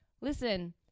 Listen